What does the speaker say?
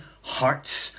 hearts